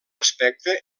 aspecte